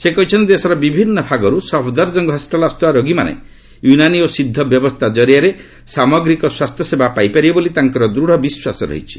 ସେ କହିଛନ୍ତି ଦେଶର ବିଭିନ୍ନ ଭାଗରୁ ସଫଦର୍ଜଙ୍ଗ ହସ୍ୱିଟାଲ୍ ଆସୁଥିବା ରୋଗୀମାନେ ୟୁନାନି ଓ ସିଦ୍ଧ ବ୍ୟବସ୍ଥା କାରିଆରେ ସାମଗ୍ରୀକ ସ୍ୱାସ୍ଥ୍ୟସେବା ପାଇପାରିବେ ବୋଲି ତାଙ୍କର ଦୂଢ଼ ବିଶ୍ୱାସ ରହିଛି